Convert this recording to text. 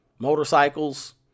motorcycles